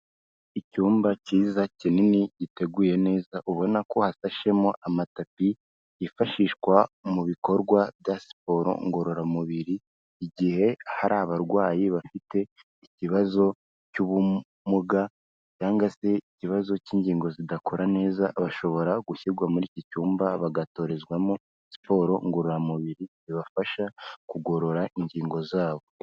Icyumba cyiza kinini giteguye neza ubona ko hatashemo amatapi yifashishwa mu bikorwa bya siporo ngororamubiri, igihe hari abarwayi bafite ikibazo cy'ubumuga cyangwa se ikibazo cy'ingingo zidakora neza bashobora gushyirwa muri iki cyumba bagatorezwamo siporo ngororamubiri zibafasha kugorora ingingo zabo.